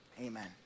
amen